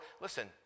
listen